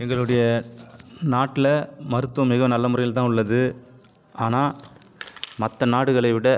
எங்களுடைய நாட்டில் மருத்துவம் மிக நல்ல முறையில் தான் உள்ளது ஆனால் மற்ற நாடுகளை விட